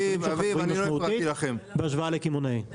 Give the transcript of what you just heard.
הסיכונים שלך גבוהים משמעותית בהשוואה לקמעונאים.